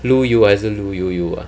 路游还是路悠游